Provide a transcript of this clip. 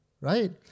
right